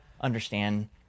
understand